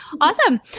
awesome